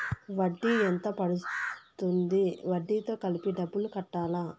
వడ్డీ ఎంత పడ్తుంది? వడ్డీ తో కలిపి డబ్బులు కట్టాలా?